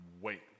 wait